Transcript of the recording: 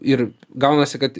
ir gaunasi kad